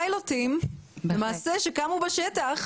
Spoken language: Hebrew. פיילוטים שקמו בשטח.